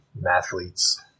Mathletes